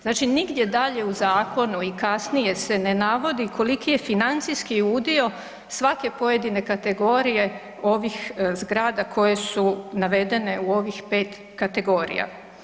Znači nigdje dalje u zakonu i kasnije se ne navodi koliki je financijski udio svake pojedine kategorije ovih zgrada koje su navedene u ovih 5 kategorija.